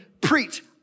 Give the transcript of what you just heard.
preach